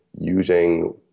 using